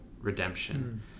redemption